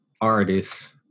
artists